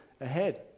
ahead